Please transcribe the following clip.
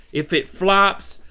if it flops,